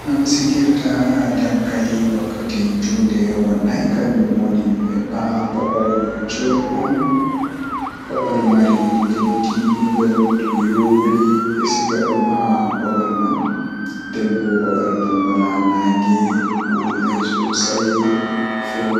Ndeen, foti yi'ii poteteeji e soowdi e tefnude haako ko laawol. Kono jooɗi na'i moorɗe e haraande, waɗi e jamfa. Tawi, jooɗii poteteeji e pottal huutore woni ngoodi moƴƴi, e ndaarɗe mum. Ɓe mbara soowdi moƴƴi